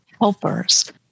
helpers